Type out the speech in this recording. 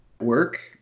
Work